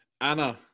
Anna